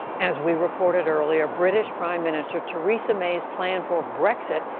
as we reported earlier, british prime minister theresa may's plan for brexit,